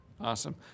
Awesome